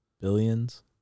Billions